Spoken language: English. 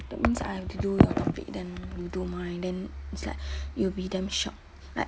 that means I have to do your topic then you do mine then it's like you will be damn shocked like